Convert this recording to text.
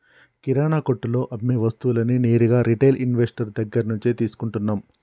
కిరణా కొట్టులో అమ్మే వస్తువులన్నీ నేరుగా రిటైల్ ఇన్వెస్టర్ దగ్గర్నుంచే తీసుకుంటన్నం